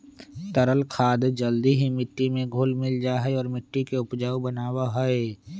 तरल खाद जल्दी ही मिट्टी में घुल मिल जाहई और मिट्टी के उपजाऊ बनावा हई